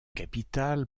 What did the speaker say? capitale